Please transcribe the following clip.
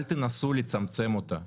אל תנסו לצמצם אותה,